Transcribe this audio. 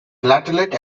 platelet